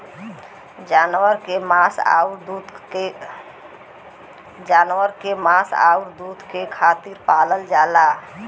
जानवर के मांस आउर दूध के खातिर पालल जाला